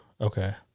Okay